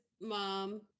mom